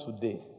today